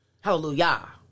Hallelujah